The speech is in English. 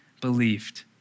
believed